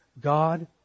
God